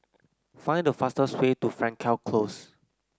find the fastest way to Frankel Close